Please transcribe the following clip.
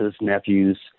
nephews